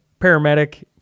paramedic